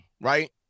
right